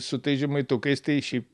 su tais žemaitukais tai šiaip